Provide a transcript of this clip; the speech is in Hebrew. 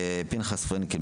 פנחס פרנקל,